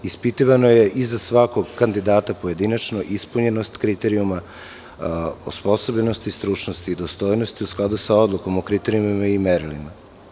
Ispitivano je i za svakog kandidata pojedinačno i ispunjenost kriterijuma, osposobljenosti stručnosti i dostojnosti u skladu sa odlukom o kriterijumima i merilima.